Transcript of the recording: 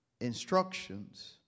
instructions